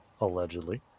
Allegedly